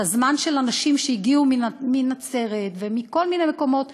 הזמן של אנשים שהגיעו מנצרת ומכל מיני מקומות